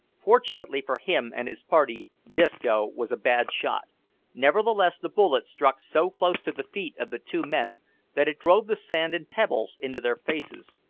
fortunately for him and his party disco was a bad shot nevertheless the bullet struck so close to the feet of the two men that it drove the sand and pebbles into their faces.